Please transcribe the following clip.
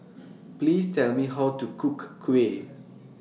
Please Tell Me How to Cook Kuih